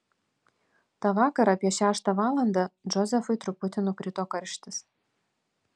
tą vakarą apie šeštą valandą džozefui truputį nukrito karštis